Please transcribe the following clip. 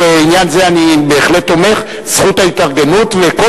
ובעניין זה אני בהחלט תומך זכות ההתארגנות וכל